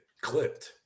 clipped